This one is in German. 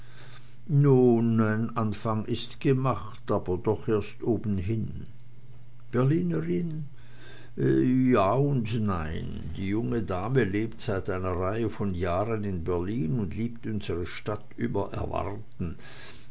nun ein anfang ist gemacht aber doch erst obenhin berlinerin ja und nein die junge dame lebt seit einer reihe von jahren in berlin und liebt unsre stadt über erwarten